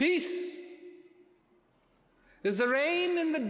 peace is the rain in the